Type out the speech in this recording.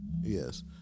Yes